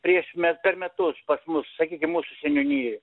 prieš me per metus pas mus sakykim mūsų seniūnijoj